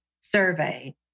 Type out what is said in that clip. survey